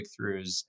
breakthroughs